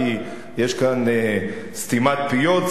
כי יש כאן סתימת פיות,